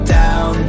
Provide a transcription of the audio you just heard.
down